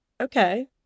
okay